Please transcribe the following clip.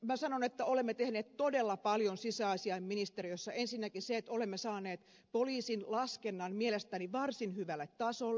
minä sanon että olemme tehneet todella paljon sisäasiainministeriössä ensinnäkin sen että olemme saaneet poliisin laskennan mielestäni varsin hyvälle tasolle